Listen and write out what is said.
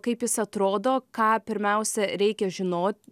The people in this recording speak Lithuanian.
kaip jis atrodo ką pirmiausia reikia žinot